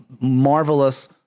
marvelous